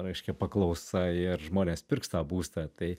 reiškia paklausa ir žmonės pirks tą būstą tai